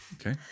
Okay